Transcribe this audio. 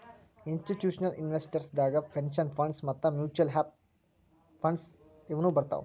institutional investors ದಾಗ್ pension funds ಮತ್ತ್ mutual funds ಇವ್ನು ಬರ್ತವ್